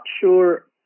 sure